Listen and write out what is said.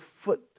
foot